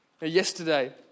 Yesterday